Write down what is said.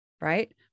right